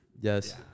Yes